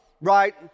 right